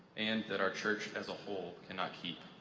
and that our church as a whole cannot keep.